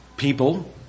People